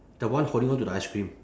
the one holding on to the ice cream